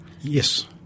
Yes